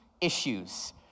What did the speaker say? Issues